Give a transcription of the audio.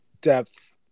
depth